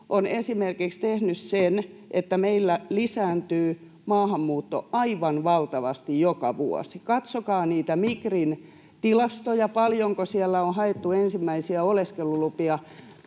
on esimerkiksi tehnyt sen, että meillä lisääntyy maahanmuutto aivan valtavasti joka vuosi. Katsokaa niitä Migrin tilastoja, paljonko siellä on haettu ensimmäisiä oleskelulupia